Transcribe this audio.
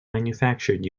manufactured